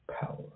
power